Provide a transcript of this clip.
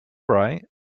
right